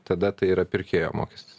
tada tai yra pirkėjo mokestis